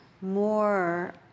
more